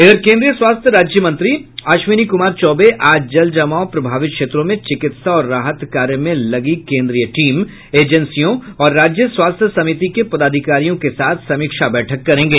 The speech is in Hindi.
इधर केन्द्रीय स्वास्थ्य राज्य मंत्री अश्विनी कुमार चौबे आज जल जमाव वाले प्रभावित क्षेत्रों में चिकित्सा और राहत कार्य में लगे केन्द्रीय टीम एजेंसियों और राज्य स्वास्थ्य समिति के पदाधिकारियों के साथ समीक्षा बैठक करेंगे